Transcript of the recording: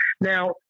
Now